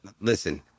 Listen